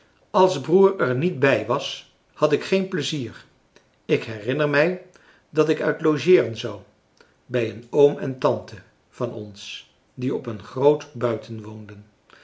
als broer er niet bij was had ik geen pleizier ik herinner mij dat ik uit logeeren zou bij een oom en tante van ons die op een groot